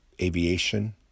aviation